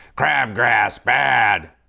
crabgrass, bad!